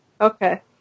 Okay